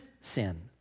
sin